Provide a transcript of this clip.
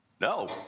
No